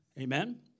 Amen